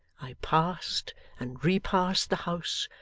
i passed and repassed the house,